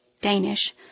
Danish